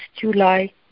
July